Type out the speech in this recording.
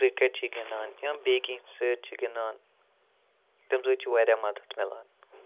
cricket چھِ گِنٛدان یا بیٚیہِ کیٚنٛہہ سۭتۍ چھِ گِنٛدان تَمہِ سۭتۍ چھِ واریاہ مَدتھ مِلان